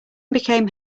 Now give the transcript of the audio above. became